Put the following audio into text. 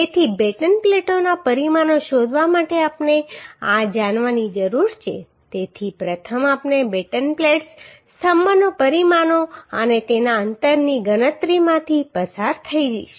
તેથી બેટન પ્લેટોના પરિમાણો શોધવા માટે આપણે આ જાણવાની જરૂર છે તેથી પ્રથમ આપણે બેટન પ્લેટ્સ સ્તંભના પરિમાણો અને તેના અંતરની ગણતરીમાંથી પસાર થઈશું